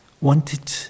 wanted